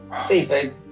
Seafood